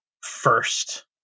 first